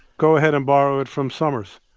go ahead and borrow it from summers